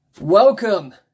Welcome